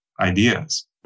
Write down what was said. ideas